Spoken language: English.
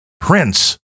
Prince